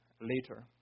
later